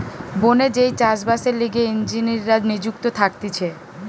বনে যেই চাষ বাসের লিগে ইঞ্জিনীররা নিযুক্ত থাকতিছে